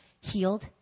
healed